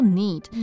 need